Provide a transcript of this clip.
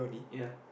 ya